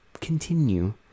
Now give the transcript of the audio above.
continue